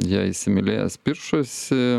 ją įsimylėjęs piršosi